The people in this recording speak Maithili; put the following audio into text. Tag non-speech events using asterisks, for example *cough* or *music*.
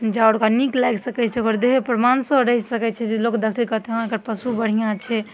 *unintelligible* ओकरा नीक लागि सकै छै ओकरा देह पर माँसो रैह सकै छै जे लोक देखतै तऽ कहतै हॅं एकर पशु बढ़िऑं छै